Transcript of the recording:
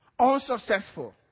Unsuccessful